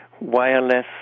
wireless